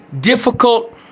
difficult